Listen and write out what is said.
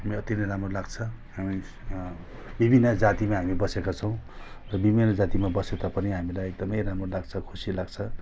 मलाई अति नै राम्रो लाग्छ हामी विभिन्न जातिमा हामी बसेका छौँ र विभिन्न जातिमा बसे तापनि हामीलाई एकदमै राम्रो लाग्छ खुसी लाग्छ